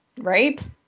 Right